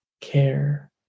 care